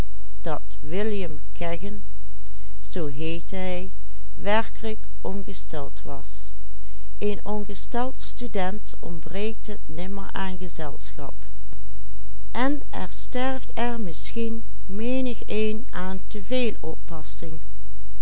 werkelijk ongesteld was een ongesteld student ontbreekt het nimmer aan gezelschap en er sterft er misschien menigeen aan te